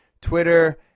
Twitter